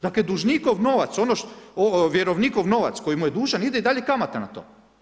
Dakle, dužnikov novac ono što, vjerovnikov novac koji mu je dužan, ide i dalje kamata na to.